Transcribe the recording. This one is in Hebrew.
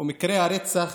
ומקרי הרצח